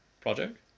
project